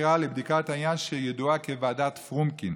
חקירה לבדיקת העניין, שידועה כוועדת פרומקין.